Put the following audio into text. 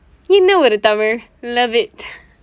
என்ன ஒரு தமிழ்:enna oru thamizh love it